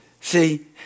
See